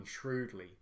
shrewdly